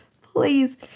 please